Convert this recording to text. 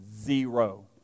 Zero